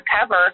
cover